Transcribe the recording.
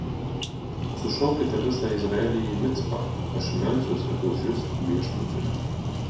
sušaukite visą izraelį į micpą aš melsiuosi už jus viešpačiui